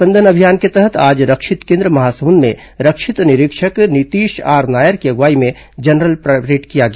स्पंदन अभियान के तहत आज रक्षित केन्द्र महासमुंद में रक्षित निरीक्षक नीतीश आर नायर की अगुवाई में जनरल परेड किया गया